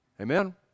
Amen